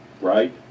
right